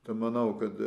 tai manau kad